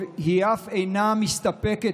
היא אף אינה מסתפקת,